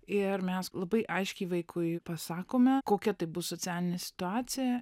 ir mes labai aiškiai vaikui pasakome kokia tai bus socialinė situacija